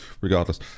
regardless